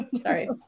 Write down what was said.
Sorry